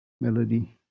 melody